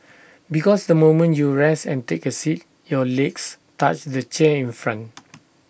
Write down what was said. because the moment you rest and take A seat your legs touch the chair in front